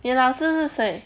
你的老是谁